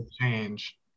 change